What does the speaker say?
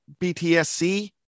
BTSC